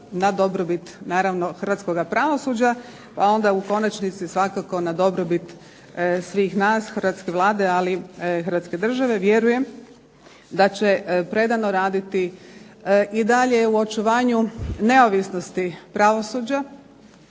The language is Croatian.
na dobrobit Hrvatskoga pravosuđa, pa onda u konačnici svakako na dobrobit svih nas, Hrvatske vlade i Hrvatske države, vjerujem da će predano raditi i dalje u očuvanju neovisnosti pravosuđa,